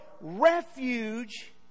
refuge